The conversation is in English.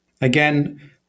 Again